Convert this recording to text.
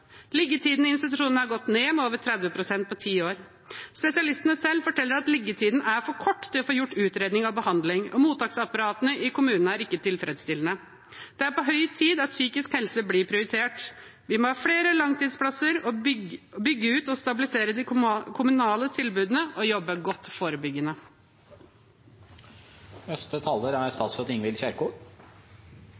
Liggetiden i institusjonene har gått ned med over 30 pst. på ti år. Spesialistene selv forteller at liggetiden er for kort til å få gjort utredning og behandling, og mottaksapparatene i kommunene er ikke tilfredsstillende. Det er på høy tid at psykisk helse blir prioritert. Vi må ha flere langtidsplasser og bygge ut og stabilisere de kommunale tilbudene, og jobbe godt